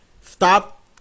Stop